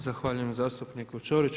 Zahvaljujem zastupniku Ćoriću.